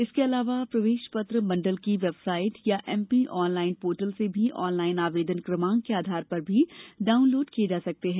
इसके अलावा प्रवेश पत्र मंडल की वेबसाइट या उचवदसपदम चवतजंस से भी आनलाइन आवेदन क्रमांक के आधार पर भी डाउनलोड किए जा सकते हैं